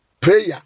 prayer